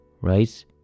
right